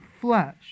flesh